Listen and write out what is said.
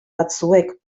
batzuek